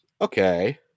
Okay